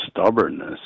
stubbornness